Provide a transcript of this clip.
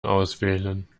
auswählen